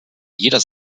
jeder